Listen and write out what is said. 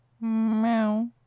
Meow